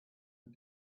and